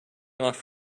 off